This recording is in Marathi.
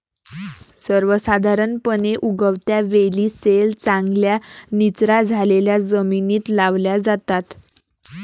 सर्वसाधारणपणे, उगवत्या वेली सैल, चांगल्या निचरा झालेल्या जमिनीत लावल्या जातात